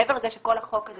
מעבר לזה שכל החוק הזה